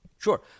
Sure